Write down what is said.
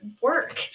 work